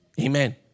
Amen